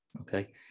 Okay